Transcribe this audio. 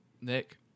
Nick